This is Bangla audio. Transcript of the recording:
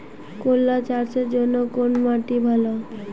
করলা চাষের জন্য কোন মাটি ভালো?